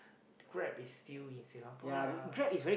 grab is still in Singapore lah